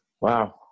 Wow